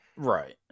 Right